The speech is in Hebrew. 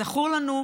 זכור לנו,